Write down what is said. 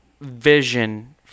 vision